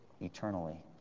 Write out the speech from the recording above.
eternally